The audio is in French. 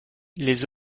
les